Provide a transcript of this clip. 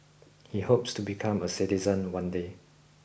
he hopes to become a citizen one day